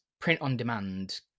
print-on-demand